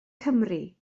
cymru